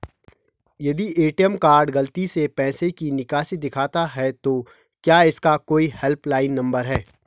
यदि ATM card गलती से पैसे की निकासी दिखाता है तो क्या इसका कोई हेल्प लाइन नम्बर है?